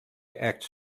acts